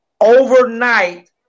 Overnight